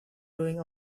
doing